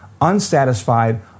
unsatisfied